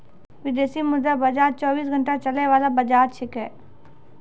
विदेशी मुद्रा बाजार चौबीस घंटा चलय वाला बाजार छेकै